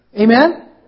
Amen